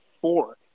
four